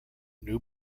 new